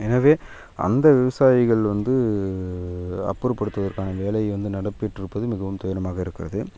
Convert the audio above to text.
எனவே அந்த விவசாயிகள் வந்து அப்புறப்படுத்துவதற்கான வேலை வந்து நடப்பிட்டிருப்பது மிகவும் துயரமாக இருக்கிறது